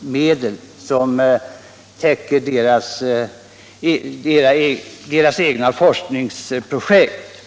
medel som täcker kostnaderna för anstaltens egna forskningsprojekt.